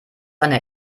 eine